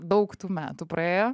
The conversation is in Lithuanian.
daug tų metų praėjo